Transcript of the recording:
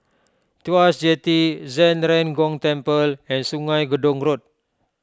Tuas Jetty Zhen Ren Gong Temple and Sungei Gedong Road